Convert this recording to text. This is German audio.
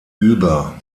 über